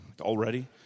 already